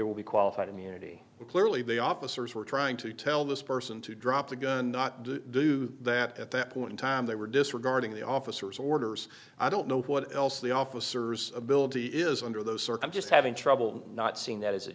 will be qualified immunity and clearly the officers were trying to tell this person to drop the gun not to do that at that point in time they were disregarding the officers orders i don't know what else the officers ability is under those circum just having trouble not seeing that as a